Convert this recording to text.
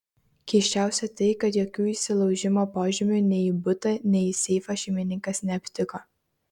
keisčiausia tai kad jokių įsilaužimo požymių nei į butą nei į seifą šeimininkas neaptiko